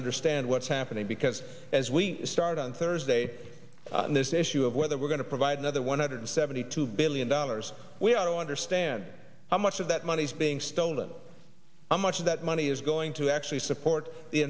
understand what's happening because as we start on thursday on this issue of whether we're going to provide another one hundred seventy two billion dollars we ought to understand how much of that money is being stolen how much of that money is going to actually support the